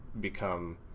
become